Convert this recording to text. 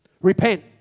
Repent